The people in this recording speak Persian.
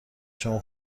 شما